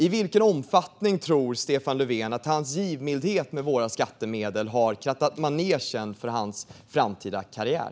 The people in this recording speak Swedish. I vilken omfattning tror Stefan Löfven att hans givmildhet med våra skattemedel har krattat manegen för hans framtida karriär?